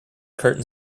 curtain